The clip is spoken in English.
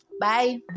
bye